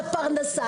את הפרנסה.